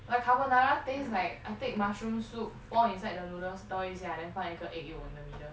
like carbonara taste like I take mushroom soup pour inside the noodle stir 一下 then 放一个 egg yolk in the middle